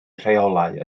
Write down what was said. rheolau